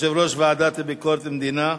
יושב-ראש הוועדה לענייני ביקורת המדינה.